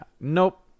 Nope